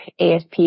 ASP